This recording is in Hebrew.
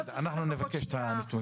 בסדר, אנחנו נבקש את הנתונים.